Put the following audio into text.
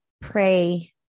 pray